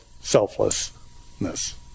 selflessness